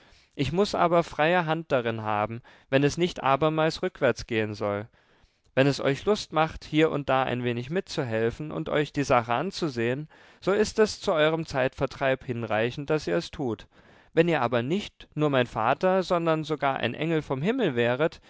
ich muß aber freie hand darin haben wenn es nicht abermals rückwärts gehen soll wenn es euch lust macht hier und da ein wenig mitzuhelfen und euch die sache anzusehen so ist es zu eurem zeitvertreib hinreichend daß ihr es tut wenn ihr aber nicht nur mein vater sondern sogar ein engel vom himmel wäret